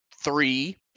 three